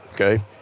okay